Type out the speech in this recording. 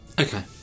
Okay